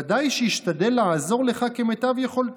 ודאי שישתדל לעזור לך כמיטב יכולתו.